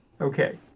Okay